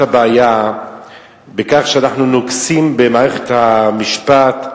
הבעיה בכך שאנחנו נוגסים במערכת המשפט.